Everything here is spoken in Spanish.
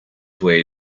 fue